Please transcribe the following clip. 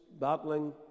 battling